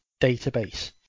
database